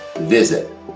visit